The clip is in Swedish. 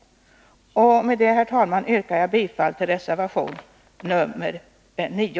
Med detta yrkar jag, herr talman, bifall till reservation 9.